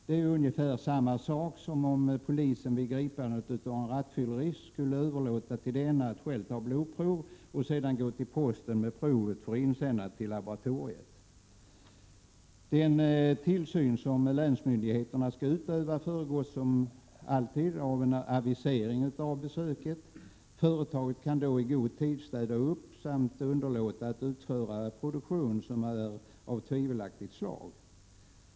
Det är ungefär samma sak som om polisen vid gripandet av en rattfyllerist skulle överlåta till denne att själv ta blodprov och sedan låta denne gå till posten med provet för insändande till laboratoriet. Den tillsyn som länsmyndigheterna skall utöva föregås så gott som alltid av en avisering av besöket. Företaget kan då i god tid städa upp samt underlåta att utföra produktion som är av tvivelaktigt slag.